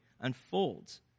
unfolds